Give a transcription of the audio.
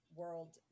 world